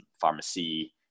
pharmacy